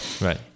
Right